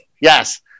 Yes